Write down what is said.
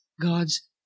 God's